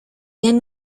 bien